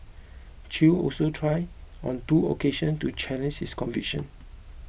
Chew also tried on two occasions to challenge his conviction